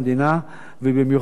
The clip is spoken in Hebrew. ובמיוחד קמפוס